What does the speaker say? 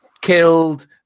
killed